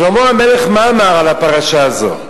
שלמה המלך, מה אמר על הפרשה הזו?